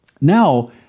Now